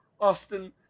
Austin